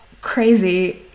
crazy